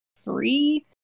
three